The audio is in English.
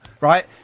right